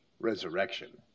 resurrection